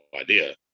idea